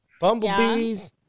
Bumblebees